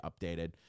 updated